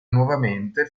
nuovamente